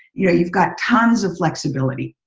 you know you've got tons of flexibility.